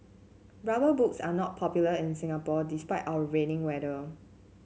rubber boots are not popular in Singapore despite our rainy weather